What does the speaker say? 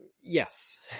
yes